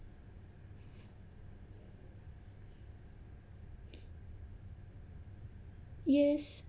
yes